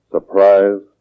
Surprise